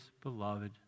beloved